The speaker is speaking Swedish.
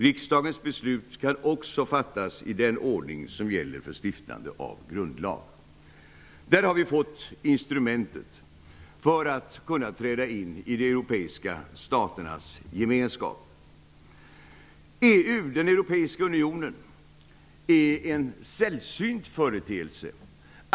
Riksdagens beslut kan också fattas i den ordning som gäller för stiftande av grundlag.'' Där har vi fått instrumentet för att kunna träda in i de europeiska staternas gemenskap. EU, den europeiska unionen, är en sällsynt företeelse.